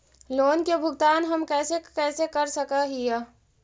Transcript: Loan के भुगतान हम कैसे कैसे कर सक हिय?